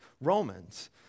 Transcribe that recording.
Romans